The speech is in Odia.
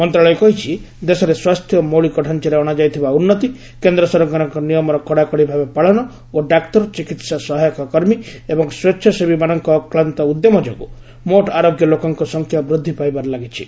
ମନ୍ତ୍ରଣାଳୟ କହିଛି ଦେଶରେ ସ୍ୱାସ୍ଥ୍ୟ ମୌଳିକ ଡାଞ୍ଚାରେ ଅଣାଯାଇଥିବା ଉନ୍ନତି କେନ୍ଦ୍ର ସରକାରଙ୍କ ନିୟମର କଡ଼ାକଡ଼ି ଭାବେ ପାଳନ ଓ ଡାକ୍ତର ଚିକିତ୍ସା ସହାୟକ କର୍ମୀ ଏବଂ ସ୍ୱେଚ୍ଛାସେବୀମାନଙ୍କ ଅକ୍ଲାନ୍ତ ଉଦ୍ୟମ ଯୋଗୁଁ ମୋଟ୍ ଆରୋଗ୍ୟ ଲୋକଙ୍କ ସଂଖ୍ୟା ବୃଦ୍ଧି ପାଇବାରେ ଲାଗିଛି